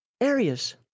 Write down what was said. areas